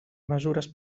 mesures